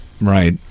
Right